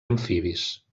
amfibis